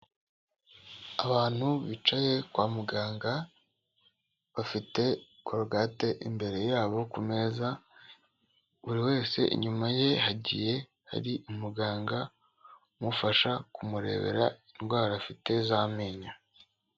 Abantu bicaye kwa muganga bafite korogate imbere yabo ku meza, buri wese inyuma ye hagiye hari umuganga umufasha kumurebera indwara afite z'amenyo.